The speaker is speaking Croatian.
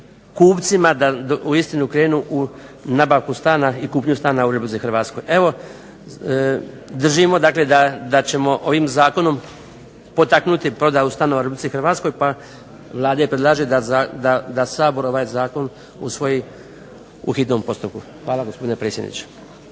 kupcima da uistinu krenu u nabavku stana i kupnju stana u Republici Hrvatskoj. Evo držimo dakle da ćemo ovim zakonom potaknuti prodaju stanova u Republici Hrvatskoj, pa Vlada predlaže da Sabor ovaj zakon usvoji u hitnom postupku. Hvala gospodine predsjedniče.